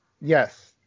Yes